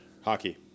Hockey